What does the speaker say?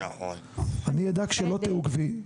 אני אדאג שלא תעוכבי.